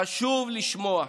חשוב לשמוע.